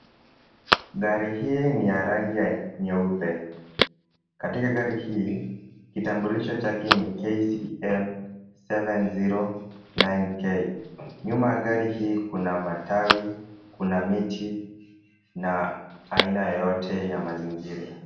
Gari hii ni la rangi nyeupe. Katika gari hii, kitambulisho chake ni KCM 709K. Nyuma ya gari hii kuna matawi, kuna miti na aina yoyote ya mazingira.